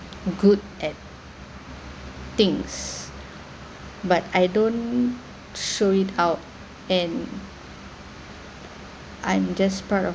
good at things but I don't show it out and I am just proud of